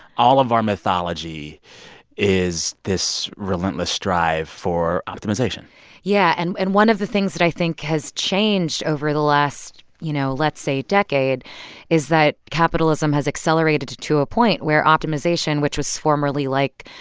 all of our mythology is this relentless strive for optimization yeah. and and one of the things that i think has changed over the last, you know, let's say, decade is that capitalism has accelerated to to a point where optimization, which was formerly, like,